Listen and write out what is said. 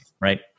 right